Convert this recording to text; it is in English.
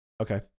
Okay